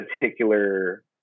particular